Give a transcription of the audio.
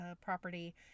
property